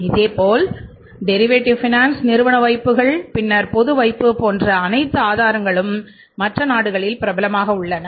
இதேபோல் derivative finance நிறுவன வைப்புக்கள் பின்னர் பொது வைப்பு போன்ற அனைத்து ஆதாரங்களும் மற்ற நாடுகளில் பிரபலமாக உள்ளன